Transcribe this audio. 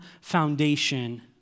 foundation